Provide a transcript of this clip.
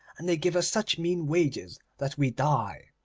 and they give us such mean wages that we die.